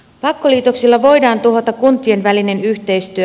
pakkoliitoksilla voidaan tuhota kuntien välinen yhteistyö